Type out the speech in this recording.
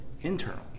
internal